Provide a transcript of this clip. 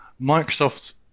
Microsoft